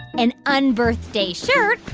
an unbirthday shirt,